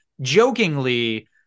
jokingly